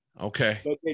Okay